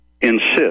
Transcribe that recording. insist